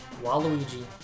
Waluigi